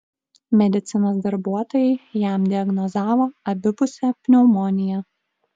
medicinos darbuotojai jam diagnozavo abipusę pneumoniją